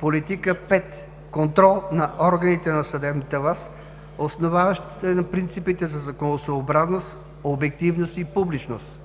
Политика 5: контрол на органите на съдебната власт, основаващата се на принципите за законосъобразност, обективност и публичност.